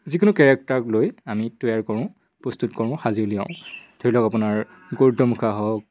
যিকোনো কেৰেক্টাৰক লৈ আমি তৈয়াৰ কৰোঁ প্ৰস্তুত কৰোঁ সাজি উলিয়াওঁ ধৰি লওক আপোনাৰ গুড়ুণ্ড মুখা হওক